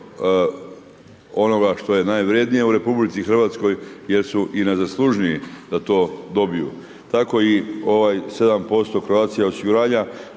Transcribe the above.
onoga što je najvrednije u RH jer su i najzaslužniji da to dobiju. Tako i ovaj 7% Croatia osiguranja